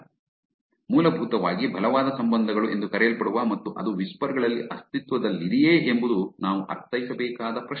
ಆದ್ದರಿಂದ ಮೂಲಭೂತವಾಗಿ ಬಲವಾದ ಸಂಬಂಧಗಳು ಎಂದು ಕರೆಯಲ್ಪಡುವ ಮತ್ತು ಅದು ವಿಸ್ಪರ್ ಗಳಲ್ಲಿ ಅಸ್ತಿತ್ವದಲ್ಲಿದೆಯೇ ಎಂಬುದು ನಾವು ಅರ್ಥೈಸಬೇಕಾದ ಪ್ರಶ್ನೆ